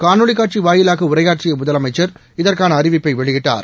காணொலி காட்சி வாயிலாக உரையாற்றி முதலமைச்சர் இதற்கான அறிவிப்பை வெளியிட்டார்